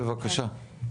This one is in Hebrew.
בבקשה.